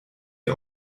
wie